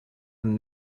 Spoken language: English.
and